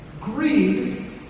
Greed